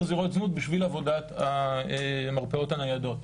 זירות זנות בשביל עבודת המרפאות הניידות.